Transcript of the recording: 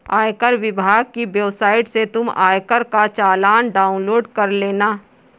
आयकर विभाग की वेबसाइट से तुम आयकर का चालान डाउनलोड कर लेना